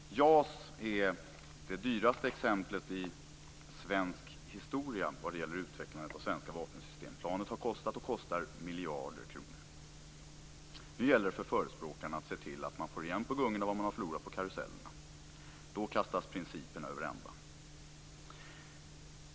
JAS är det dyraste exemplet i svensk historia vad gäller utvecklandet av svenska vapensystem. Planet har kostat och kostar miljarder kronor. Nu gäller det för förespråkarna att se till att man får igen på gungorna vad man har förlorat på karusellerna. Då kastas principerna över ända.